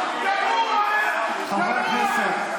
חברי הכנסת.